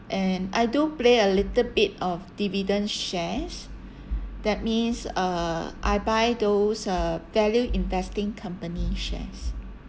and I do play a little bit of dividend shares that means uh I buy those uh value investing company shares